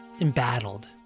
embattled